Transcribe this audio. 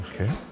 Okay